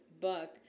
book